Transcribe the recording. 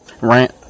rant